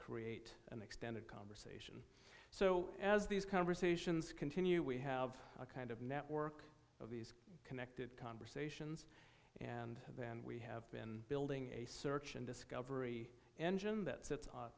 create an extended converse so as these conversations continue we have a kind of network of these connected conversations and then we have been building a search and discovery engine that sits on